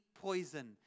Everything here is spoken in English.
poison